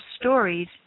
stories